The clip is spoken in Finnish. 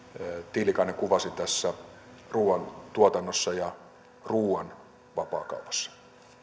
tiilikainen kuvasi ruoantuotannossa ja ruoan vapaakaupassa